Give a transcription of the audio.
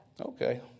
Okay